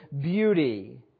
beauty